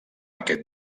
aquest